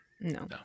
No